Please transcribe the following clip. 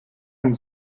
and